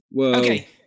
Okay